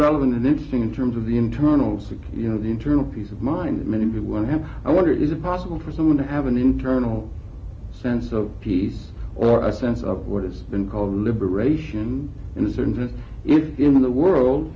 relevant and interesting in terms of the internals you know the internal peace of mind many want him i wonder is it possible for someone to have an internal sense of peace or a sense of what has been called liberation in certain in the world